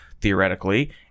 theoretically